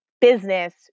business